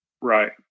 right